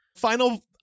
final